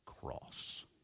cross